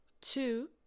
Two